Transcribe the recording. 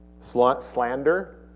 Slander